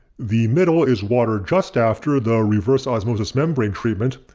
the middle is water just after the reverse osmosis membrane treatment,